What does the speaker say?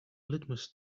litmus